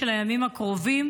של הימים הקרובים,